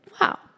wow